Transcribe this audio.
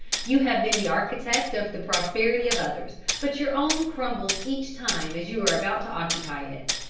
you have been the architect of the prosperity of others, but your own crumbles each time as you are about to occupy it.